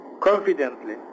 confidently